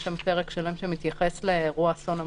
יש שם פרק שלם שמתייחס לאירוע אסון המוני.